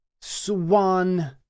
Swan